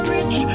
Rich